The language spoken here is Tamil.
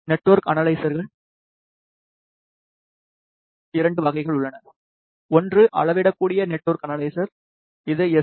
நெட்வொர்க் அனலைசர்கள் 2 வகைகள் உள்ளன ஒன்று அளவிடக்கூடிய நெட்ஒர்க் அனலைசர் இது எஸ்